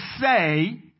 say